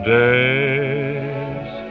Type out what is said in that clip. days